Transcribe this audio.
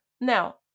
Now